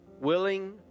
willing